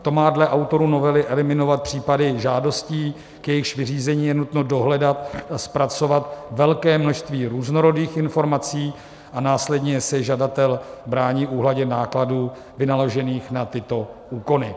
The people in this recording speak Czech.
To má dle autorů novely eliminovat případy žádostí, k jejichž vyřízení je nutno dohledat a zpracovat velké množství různorodých informací, a následně se žadatel brání úhradě nákladů vynaložených na tyto úkony.